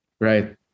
Right